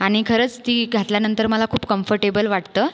आणि खरंच ती घातल्यानंतर मला खूप कम्फरटेबल वाटतं